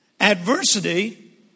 Adversity